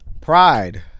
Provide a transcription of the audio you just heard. Pride